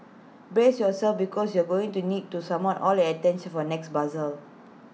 brace yourselves because you're going to need to summon all your attention for next puzzle